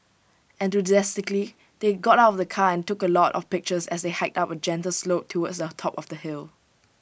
enthusiastically they got out of the car and took A lot of pictures as they hiked up A gentle slope towards the top of the hill